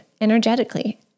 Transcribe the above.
energetically